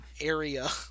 Area